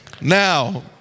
Now